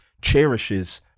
cherishes